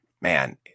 man